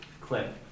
clip